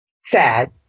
Sad